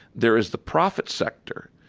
there is the profit sector,